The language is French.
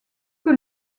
que